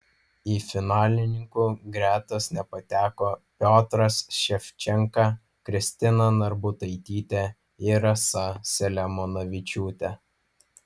į finalininkų gretas nepateko piotras ševčenka kristina narbutaitytė ir rasa selemonavičiūtė